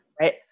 Right